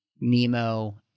Nemo